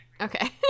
Okay